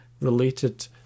related